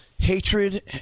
Hatred